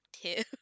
two